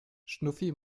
schnuffi